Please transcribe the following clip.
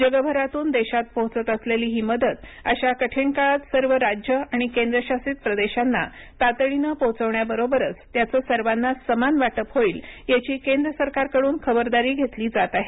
जगभरातून देशात पोहोचत असलेली ही मदत अशा कठीण काळात सर्व राज्यं आणि केंद्रशासित प्रदेशांना तातडीनं पोहोचवण्याबरोबरच त्याचं सर्वांना समान वाटप होईल याची केंद्र सरकारकडून खबरदारी घेतली जात आहे